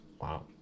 wow